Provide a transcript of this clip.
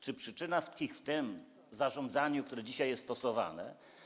Czy przyczyna tkwi w zarządzaniu, które dzisiaj jest stosowane?